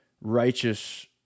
righteous